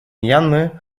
мьянмы